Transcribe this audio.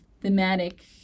thematic